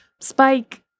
spike